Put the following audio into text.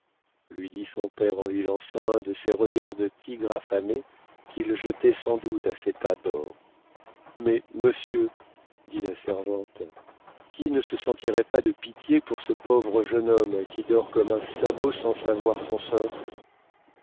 lui dit son père en lui lançant un de ces regards de tigre affamé qu'il jetait sans doute à ses tas d'or mais monsieur dit la servante qui ne se sentirait pas de pitié pour ce pauvre jeune homme qui dort comme un sabot sans savoir son sort